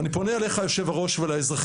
אני פונה אליך אדוני היושב ראש ולאזרחים